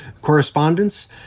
correspondence